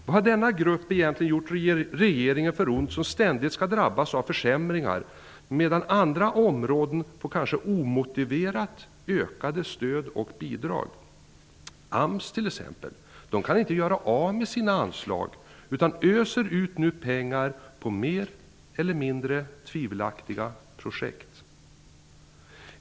Vad har denna grupp gjort regeringen för ont som ständigt skall drabbas av försämringar, medan andra områden får kanske omotiverat ökade stöd och bidrag? AMS t.ex. kan inte göra av med sina anslag utan öser nu ut pengar på mer eller mindre tvivelaktiga projekt.